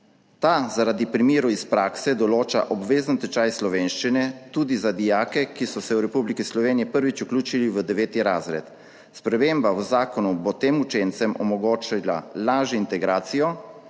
Ta zaradi primerov iz prakse določa obvezen tečaj slovenščine tudi za dijake, ki so se v Republiki Sloveniji prvič vključili v 9. razred. Sprememba v zakonu bo tem učencem omogočila lažjo integracijo